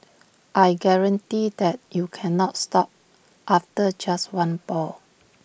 I guarantee that you cannot stop after just one ball